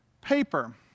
paper